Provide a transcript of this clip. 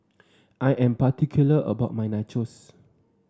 I am particular about my Nachos